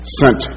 sent